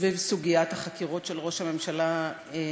סביב סוגיית החקירות של ראש הממשלה נתניהו